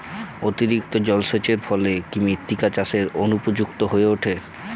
অতিরিক্ত জলসেচের ফলে কি মৃত্তিকা চাষের অনুপযুক্ত হয়ে ওঠে?